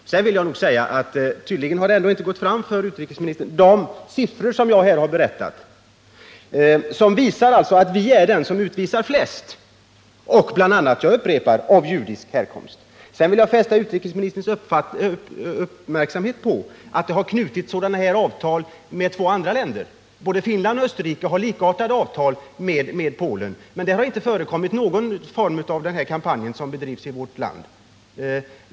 Tydligen har de siffror jag redovisade för utrikesministern inte gått fram. Vi är den stat som utvisar de flesta, bl.a. människor av — jag upprepar det — judisk härkomst. Jag vill fästa utrikesministerns uppmärksamhet på att sådana här avtal knutits även med två andra länder. Både Finland och Österrike har likartade avtal med Polen, men där har inte förekommit något som liknar den kampanj som bedrivs i vårt land.